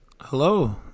Hello